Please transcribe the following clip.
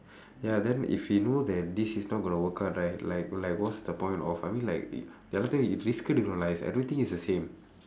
ya then if he know that this is not going to work out right like like what's the point of I mean like the other thing is going to realise I don't think he's the same